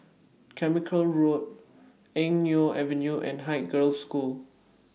Carmichael Road Eng Neo Avenue and Haig Girls' School